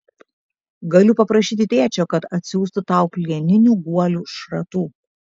galiu paprašyti tėčio kad atsiųstų tau plieninių guolių šratų